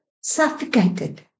suffocated